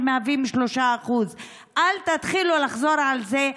שמהווים 3%. אל תתחילו לחזור על זה.